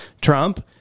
Trump